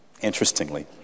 interestingly